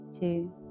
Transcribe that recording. two